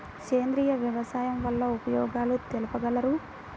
సేంద్రియ వ్యవసాయం వల్ల ఉపయోగాలు తెలుపగలరు?